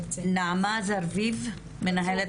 נעמה זרביב מנהלת